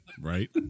Right